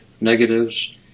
negatives